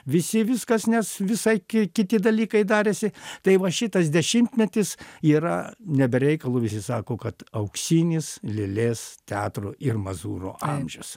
visi viskas nes visai ki kiti dalykai darėsi tai va šitas dešimtmetis yra ne be reikalo visi sako kad auksinis lėlės teatro ir mazūro amžius